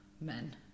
men